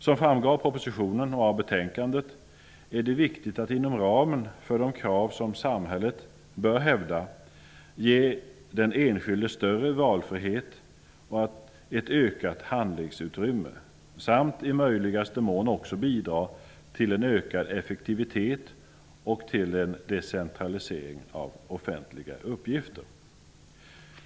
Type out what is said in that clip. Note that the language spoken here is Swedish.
Som framgår av propositionen och av betänkandet är det viktigt att inom ramen för de krav som samhället bör hävda ge den enskilde större valfrihet och ett ökat handlingsutrymme samt i möjligaste mån också bidra till en ökad effektivitet och till en decentralisering av offentliga uppgifter.